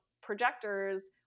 projectors